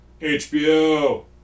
HBO